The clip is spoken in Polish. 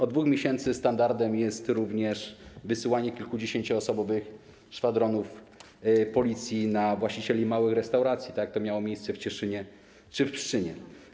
Od 2 miesięcy standardem jest również wysyłanie kilkudziesięcioosobowych szwadronów policji na właścicieli małych restauracji, tak jak to miało miejsce w Cieszynie czy w Pszczynie.